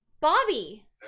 Bobby